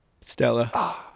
Stella